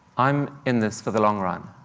i'm in this for the long run,